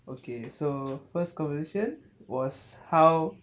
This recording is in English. okay so first conversation was how